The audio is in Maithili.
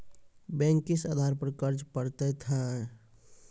बैंक किस आधार पर कर्ज पड़तैत हैं?